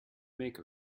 make